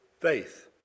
faith